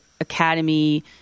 academy